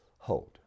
Hold